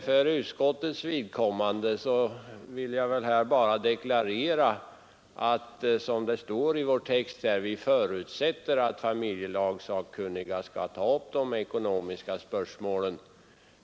För utskottets vidkommande vill jag deklarera, som det står i vår text, att vi förutsätter att familjelagssakkunniga skall ta upp de ekonomiska spörsmålen.